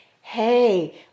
Hey